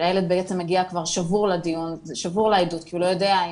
שהילד בעצם מגיע כבר שבור לעדות כי הוא לא יודע,